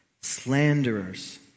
slanderers